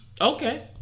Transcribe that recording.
Okay